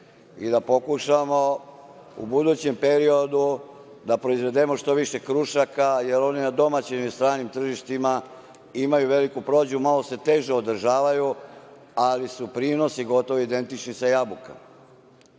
i da pokušamo u budućem periodu da proizvedemo što više krušaka, jer one na domaćim i stranim tržištima imaju veliku prođu, malo se teže održavaju, ali su prinosi gotovo identični sa jabukama. Preko